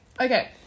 Okay